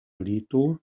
lito